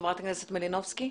חברת הכנסת מלינובסקי.